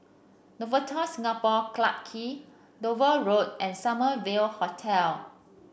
Novotel Singapore Clarke Quay Dover Road and Summer View Hotel